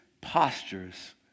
postures